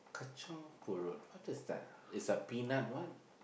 Kacang-Pool what is that ah is a peanut what